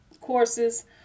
courses